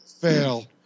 Fail